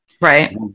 right